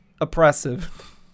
oppressive